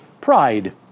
pride